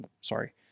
sorry